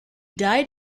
died